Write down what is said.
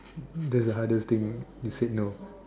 the hardest thing you said no